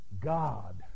God